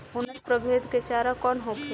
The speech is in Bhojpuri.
उन्नत प्रभेद के चारा कौन होखे?